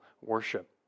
worship